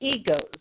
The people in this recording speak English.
egos